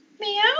Meow